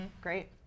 Great